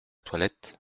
toilette